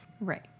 Right